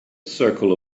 circle